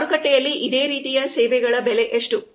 ಮಾರುಕಟ್ಟೆಯಲ್ಲಿ ಇದೇ ರೀತಿಯ ಸೇವೆಗಳ ಬೆಲೆ ಎಷ್ಟು